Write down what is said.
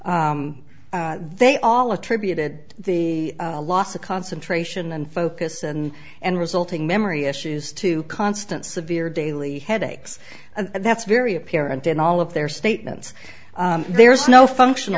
they all attributed the loss of concentration and focus and and resulting memory issues to constant severe daily headaches and that's very apparent in all of their statements there is no function